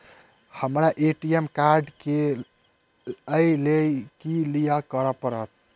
हमरा ATM card नै अई लई केँ लेल की करऽ पड़त?